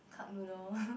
cup noodle